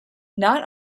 not